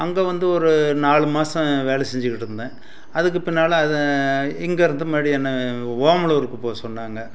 அங்கே வந்து ஒரு நாலு மாதம் வேலை செஞ்சிக்கிட்டு இருந்தேன் அதுக்கு பின்னால் அதை இங்கேருந்து மறுபடி என்ன ஓமலூர்க்கு போக சொன்னாங்க